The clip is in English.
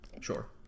Sure